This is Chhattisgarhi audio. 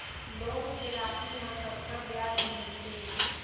लोन के राशि मा कतका ब्याज मिलथे?